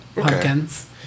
Pumpkins